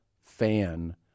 fan